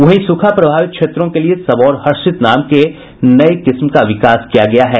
वहीं सूखा प्रभावित क्षेत्रों के लिए सबौर हर्षित नाम के नये किस्म का विकास किया गया है